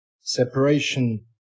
separation